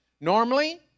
Normally